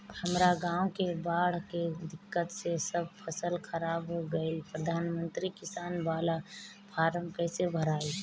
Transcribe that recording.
हमरा गांव मे बॉढ़ के दिक्कत से सब फसल खराब हो गईल प्रधानमंत्री किसान बाला फर्म कैसे भड़ाई?